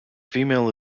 female